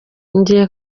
ngiye